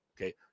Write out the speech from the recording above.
Okay